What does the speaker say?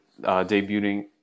debuting